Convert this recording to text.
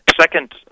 second